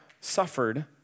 suffered